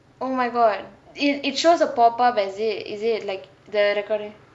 oh my god it it shows a pop up is it is it like the recording